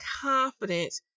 confidence